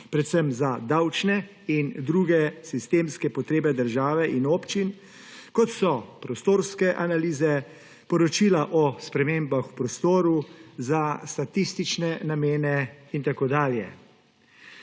predvsem za davčne in druge sistemske potrebe države in občin, kot so prostorske analize, poročila o spremembah v prostoru, za statistične namene in tako dalje.